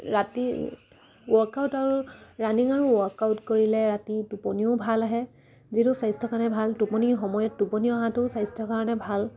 ৰাতি ৱৰ্কআউট আৰু ৰানিং আৰু ৱৰ্কআউট কৰিলে ৰাতি টোপনিও ভাল আহে যিটো স্বাস্থ্যৰ কাৰণে ভাল টোপনি সময়ত টোপনি অহাটো স্বাস্থ্যৰ কাৰণে ভাল